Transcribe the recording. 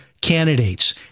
candidates